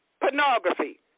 pornography